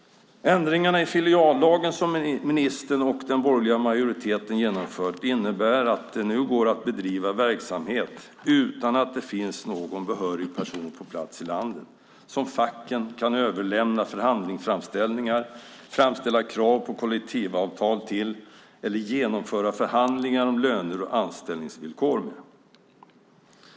Ändringarna i filiallagen som ministern och den borgerliga majoriteten genomfört innebär att det nu går att bedriva verksamhet utan att det finns någon behörig person på plats i landet som facken kan överlämna förhandlingsframställningar och framställa krav på kollektivavtal till eller genomföra förhandlingar om löne och anställningsvillkor med.